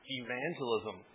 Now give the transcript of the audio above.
evangelism